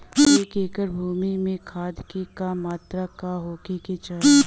एक एकड़ भूमि में खाद के का मात्रा का होखे के चाही?